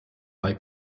bei